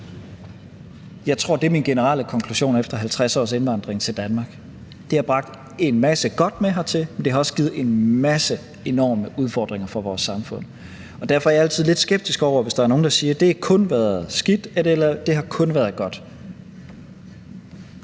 Jeg tror, og det er min generelle konklusion efter 50 års indvandring til Danmark, at det har bragt en masse godt med hertil, men det har også givet en masse enorme udfordringer for vores samfund, og derfor er jeg altid lidt skeptisk, hvis der er nogen, der siger, at det kun har været skidt, eller at det kun har været godt.